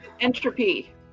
entropy